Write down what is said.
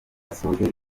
asoje